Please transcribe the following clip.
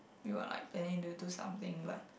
you're like planning to do something but